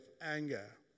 anger